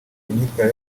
imyambarire